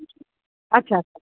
ଆଚ୍ଛା